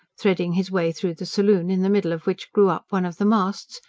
threading his way through the saloon, in the middle of which grew up one of the masts,